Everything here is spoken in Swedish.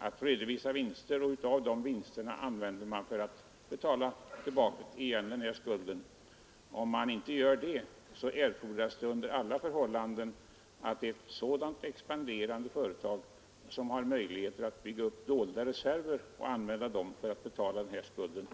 att redovisa vinster. Av dessa vinster betalar man tillbaka den här skulden. Om man inte gör det erfordras det under alla förhållanden att det är ett sådant expanderande företag att det har möjlighet att bygga upp dolda reserver och använda dem för att betala skulden.